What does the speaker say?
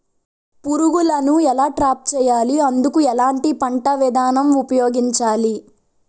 పురుగులను ఎలా ట్రాప్ చేయాలి? అందుకు ఎలాంటి పంట విధానం ఉపయోగించాలీ?